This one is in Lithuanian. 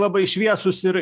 labai šviesūs ir